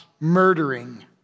murdering